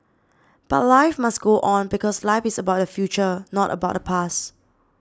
but life must go on because life is about the future not about the past